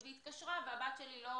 היא התקשרה, והבת שלי לא